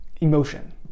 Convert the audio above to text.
emotion